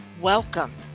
Welcome